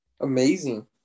Amazing